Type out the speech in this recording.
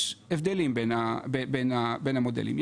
יש הבדלים בין המודלים,